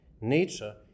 Nature